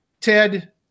Ted